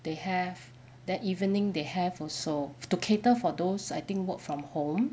they have then evening they have also to cater for those I think work from home